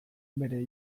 bere